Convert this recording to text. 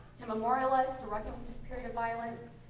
to memorialize, to reckon with this period of violence.